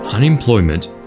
Unemployment